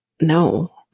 No